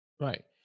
Right